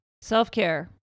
Self-care